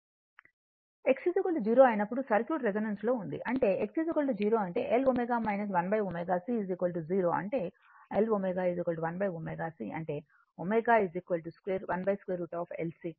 X 0 అయినప్పుడు circuit resonance లో ఉంది అంటే X 0 అంటే L ω 1 ω C 0 అంటే L ω 1 ω C అంటే ω 1√ L C ω0